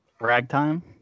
Ragtime